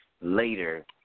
later